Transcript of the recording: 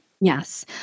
Yes